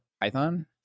Python